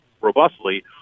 robustly